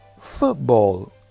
football